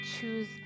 choose